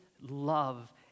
love